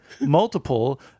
multiple